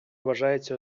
вважається